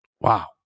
wow